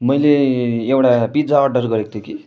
मैले एउटा pizza order गरेको थिएँ कि